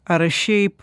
ar šiaip